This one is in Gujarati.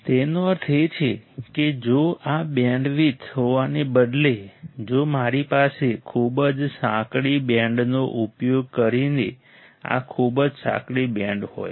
તેનો અર્થ એ છે કે જો આ બેન્ડવિડ્થ હોવાને બદલે જો મારી પાસે ખૂબ જ સાંકડી બેન્ડનો ઉપયોગ કરીને આ ખૂબ જ સાંકડી બેન્ડ હોય